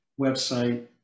website